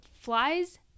flies